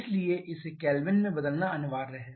इसलिए इसे केल्विन में बदलना अनिवार्य है